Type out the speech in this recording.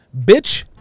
bitch